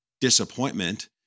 disappointment